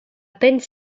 peine